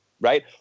right